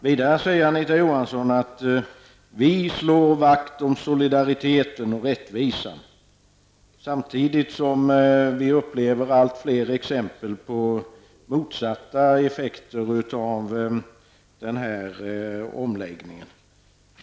Vidare säger Anita Johansson att socialdemokraterna slår vakt om solidariteten och rättvisan. Men samtidigt upplever vi allt fler motsatta effekter av skatteomläggningen.